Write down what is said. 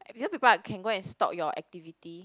people are can go and stalk your activity